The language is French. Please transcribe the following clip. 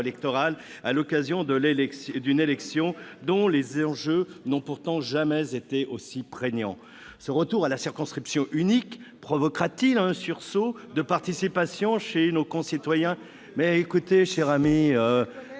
à l'occasion d'une élection dont les enjeux n'ont pourtant jamais été aussi prégnants. Ce retour à la circonscription unique provoquera-t-il un sursaut de participation chez nos concitoyens